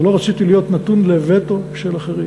אבל לא רציתי להיות נתון לווטו של אחרים.